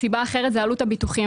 סיבה אחרת זה עלות הביטוחים.